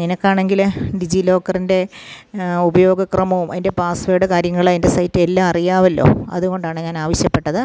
നിനക്കാണെങ്കിൽ D G ലോക്കറിൻ്റെ ഉപയോഗക്രമവും അതിൻ്റെ പാസ്വേർഡ് കാര്യങ്ങളും അതിൻ്റെ സൈറ്റ് എല്ലാം അറിയാമല്ലോ അതു കൊണ്ടാണ് ഞാൻ ആവശ്യപ്പെട്ടത്